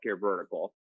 vertical